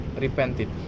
repented